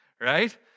right